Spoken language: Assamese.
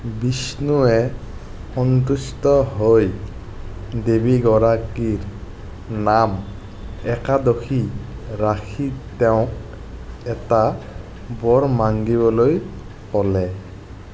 বিষ্ণুৱে সন্তুষ্ট হৈ দেৱীগৰাকীৰ নাম একাদশী ৰাখি তেওঁক এটা বৰ মাগিবলৈ ক'লে